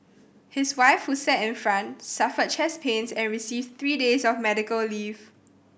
his wife who sat in front suffered chest pains and received three days of medical leave